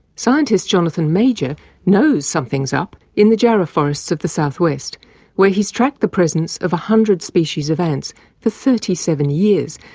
scientist jonathan majer knows something is up in the jarrah forests of the south-west where he has tracked the presence of one hundred species of ants for thirty seven years,